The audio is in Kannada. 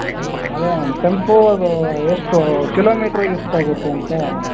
ಅದೇ ಮ್ಯಾಮ್ ಟೆಂಪೋದು ಎಷ್ಟು ಕಿಲೋಮೀಟರ್ಗೆ ಎಷ್ಟಾಗುತ್ತೆ ಅಂತ